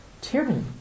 tyranny